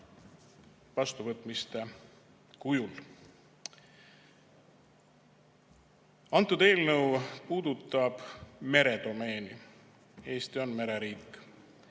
vastuvõtmiste kujul. Eelnõu puudutab meredomeeni. Eesti on mereriik.